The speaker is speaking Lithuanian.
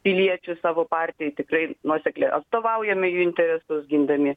piliečius savo partijoj tikrai nuosekliai atstovaujame jų interesus gindami